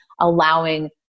allowing